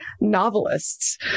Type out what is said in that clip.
novelists